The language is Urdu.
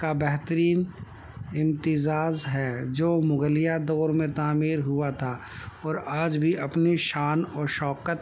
کا بہترین امتزاج ہے جو مغلیہ دور میں تعمیر ہوا تھا اور آج بھی اپنی شان و شوقت